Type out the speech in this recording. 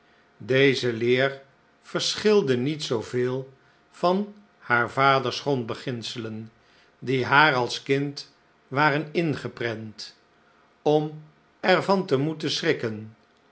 deze leer verschilde niet zooveel van haar vaders grondbeginselen die haar als kind waren ingeprent om er van te moeten schrikken